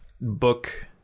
book